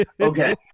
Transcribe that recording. Okay